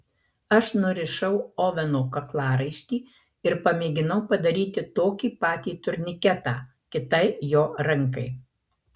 aš nurišau oveno kaklaraištį ir pamėginau padaryti tokį patį turniketą kitai jo rankai